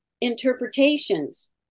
interpretations